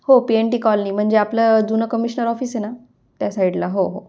हो P N T colony म्हणजे आपलं जुनं कमिश्नर ऑफिस आहे ना त्या साईडला हो हो